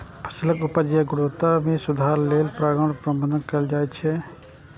फसलक उपज या गुणवत्ता मे सुधार लेल परागण प्रबंधन कैल जाइ छै